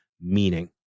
meaning